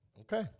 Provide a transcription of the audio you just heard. Okay